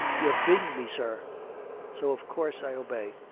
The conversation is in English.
you have beaten me, sir so, of course, i obey.